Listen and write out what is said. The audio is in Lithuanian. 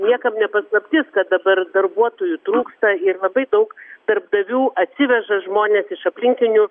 niekam ne paslaptis kad dabar darbuotojų trūksta ir labai daug darbdavių atsiveža žmones iš aplinkinių